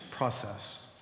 process